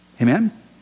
Amen